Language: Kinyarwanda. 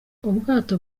ubwato